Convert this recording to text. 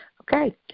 Okay